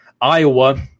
Iowa